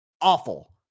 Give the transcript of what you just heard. awful